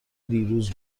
دیروز